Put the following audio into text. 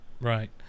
Right